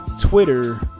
Twitter